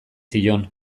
zion